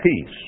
peace